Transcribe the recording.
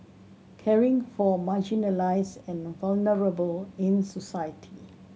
caring for marginalised and vulnerable in society